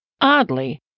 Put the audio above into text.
Oddly